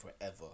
forever